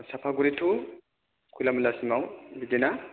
चापागुरि थु खयलामयला सिमाव बिदिनो